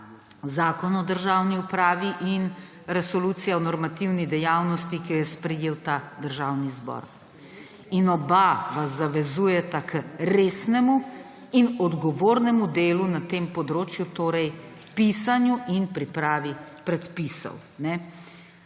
Zakon o državni upravi in Resolucija o normativni dejavnosti, ki jo je sprejel ta državni zbor. In oba vas zavezujeta k resnemu in odgovornemu delu na tem področju, torej pisanju in pripravi predpisov.